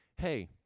hey